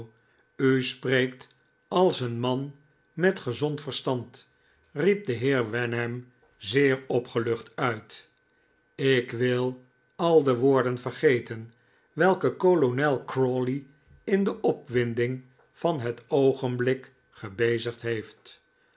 u spreekt als een man met gezond verstand riep de heer wenham zeer opgelucht uit ik wil al de woorden vergeten welke kolonel crawley in de opwinding van het oogenblik gebezigd heeft